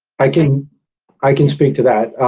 i can i can speak to that.